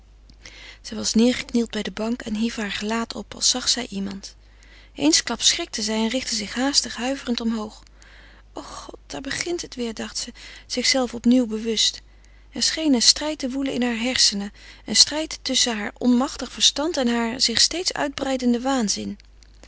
zij was neêrgeknield bij de bank en hief haar gelaat op als zag zij iemand eensklaps schrikte zij en richtte zich haastig huiverend omhoog o god daar begint het weêr dacht ze zichzelve opnieuw bewust er scheen een strijd in haar hersenen een strijd tusschen haar onmachtig verstand en haren zich steeds uitbreidenden waanzin